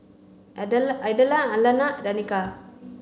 Idella Alannah Danika